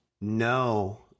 No